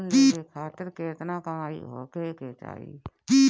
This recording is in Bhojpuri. लोन लेवे खातिर केतना कमाई होखे के चाही?